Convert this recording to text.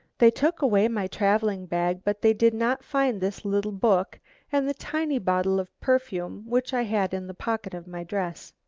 they took away my travelling bag, but they did not find this little book and the tiny bottle of perfume which i had in the pocket of my dress.